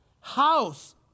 house